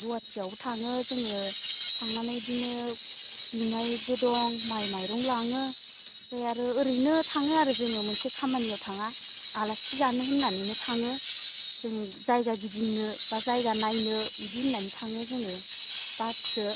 गुवाहाटिआवबो थाङो जोङो थांनानै बिदिनो बिमायबो दं माइ माइरं लाङो ओमफ्राय आरो ओरैनो थाङो आरो जोङो मोनसे खामानियाव थाङा आलासि जानो होननानैनो थाङो जों जायगा गिदिंनो बा जायगा नायनो बिदि होननानै थाङो जोङो बासजों